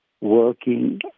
working